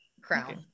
crown